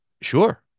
sure